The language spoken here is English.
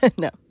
no